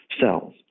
cells